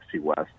West